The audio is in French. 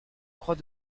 croix